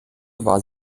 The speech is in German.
war